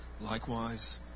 Likewise